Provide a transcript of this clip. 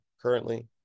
currently